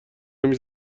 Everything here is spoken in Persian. نمی